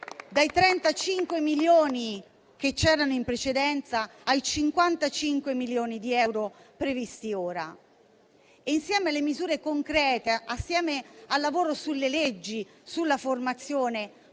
dai 35 milioni, previsti in precedenza, ai 55 milioni di euro, previsti ora. Insieme alle misure concrete, al lavoro sulle leggi e sulla formazione,